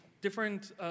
different